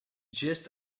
just